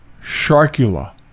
Sharkula